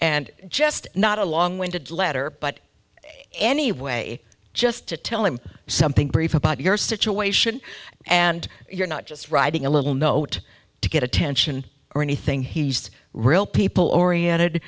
and just not a long winded letter but anyway just to tell him something brief about your situation and you're not just writing a little note to get attention or anything he's real people oriented